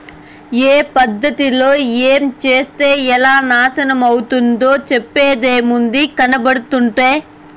ఏ పద్ధతిలో ఏంచేత్తే ఎలా నాశనమైతందో చెప్పేదేముంది, కనబడుతంటే